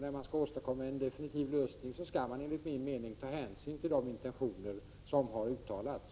När man skall åstadkomma en definitiv lösning skall man enligt min mening ta hänsyn till de intentioner som har uttalats.